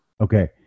Okay